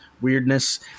weirdness